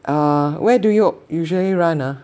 uh where do you usually run ah